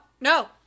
no